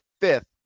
fifth